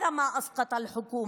זה מה שהפיל את הממשלה.